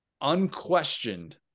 unquestioned